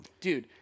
dude